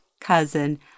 cousin